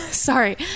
sorry